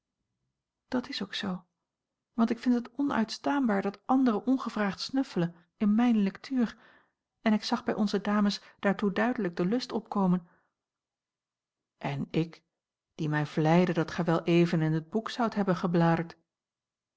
dat is ook zoo want ik vind het onuitstaanbaar dat anderen ongevraagd snuffelen in mijne lectuur en ik zag bij onze dames daartoe duidelijk den lust opkomen en ik die mij vleide dat gij wel even in het boek zoudt hebben gebladerd